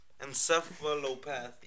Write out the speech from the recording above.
Encephalopathy